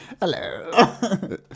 Hello